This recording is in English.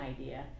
idea